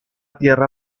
tierra